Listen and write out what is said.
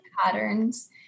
patterns